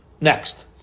Next